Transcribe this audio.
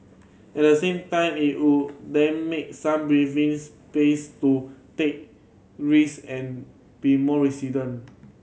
at the same time it would then make some breathing space to take risk and be more resident